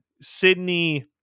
Sydney